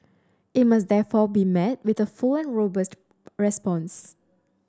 it must therefore be met with the full and robust response